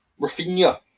Rafinha